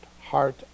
heart